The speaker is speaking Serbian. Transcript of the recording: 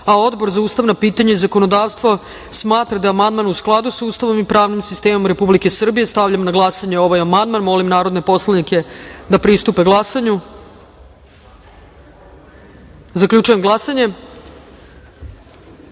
za ustavna pitanja i zakonodavstvo smatra da je amandman u skladu sa Ustavom i pravnim sistemom Republike Srbije. Stavljam na glasanje ovaj amandman. Molim narodne poslanike da pritisnu odgovarajući taster